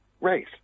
race